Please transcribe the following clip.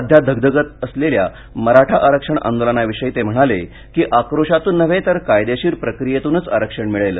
सध्या धगधगत असलेल्या मराठा आरक्षण आंदोलनाविषयी ते म्हणाले की आक्रोशातुन नव्हे तर कायदेशीर प्रक्रियेतूनच आरक्षण मिळेल